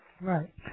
right